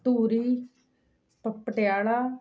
ਧੂਰੀ ਪ ਪਟਿਆਲਾ